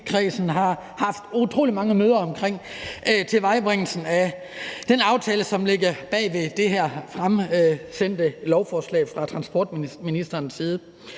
har haft utrolig mange møder om tilvejebringelsen af den aftale, som ligger bag ved det her fremsatte lovforslag fra transportministeren.